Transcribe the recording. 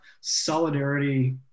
solidarity